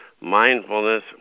Mindfulness